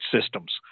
systems